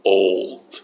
old